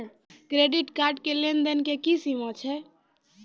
Credit card के लेन देन के की सीमा छै?